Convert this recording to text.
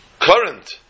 current